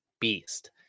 beast